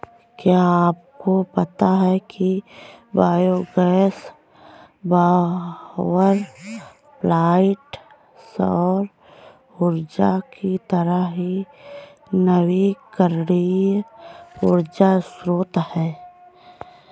क्या आपको पता है कि बायोगैस पावरप्वाइंट सौर ऊर्जा की तरह ही नवीकरणीय ऊर्जा स्रोत है